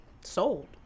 sold